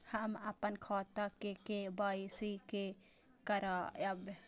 हम अपन खाता के के.वाई.सी के करायब?